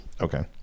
Okay